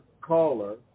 caller